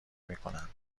میکنند